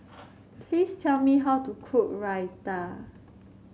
please tell me how to cook Raita